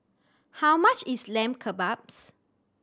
how much is Lamb Kebabs